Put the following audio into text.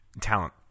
talent